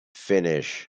finish